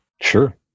Sure